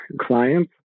clients